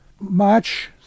march